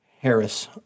Harris